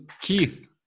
Keith